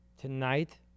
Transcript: tonight